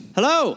Hello